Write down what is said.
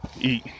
eat